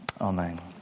Amen